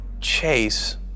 chase